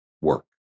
work